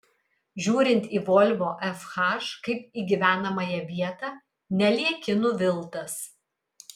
žiūrint į volvo fh kaip į gyvenamąją vietą nelieki nuviltas